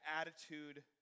attitude